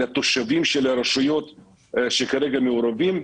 על התושבים של הרשויות שכרגע מעורבים,